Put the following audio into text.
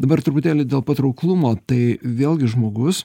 dabar truputėlį dėl patrauklumo tai vėlgi žmogus